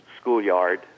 schoolyard